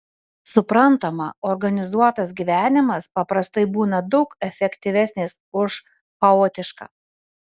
suprantama organizuotas gyvenimas paprastai būna daug efektyvesnis už chaotišką